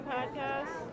Podcast